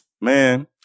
Man